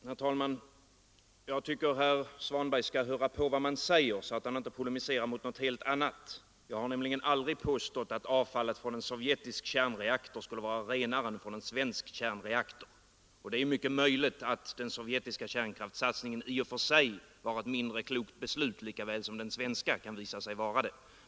Herr talman! Jag tycker att herr Svanberg skall höra på vad man säger, så att han inte polemiserar mot något helt annat. Jag har nämligen aldrig påstått att avfallet från en sovjetisk kärnreaktor skulle vara renare än avfallet från en svensk kärnreaktor. Det är mycket möjligt att den sovjetiska kärnkraftssatsningen i och för sig var ett mindre klokt beslut, lika väl som den svenska kan visa sig vara det.